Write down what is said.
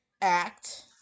Act